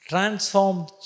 Transformed